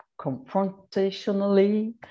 confrontationally